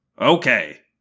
Okay